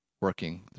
working